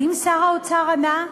האם שר האוצר ענה?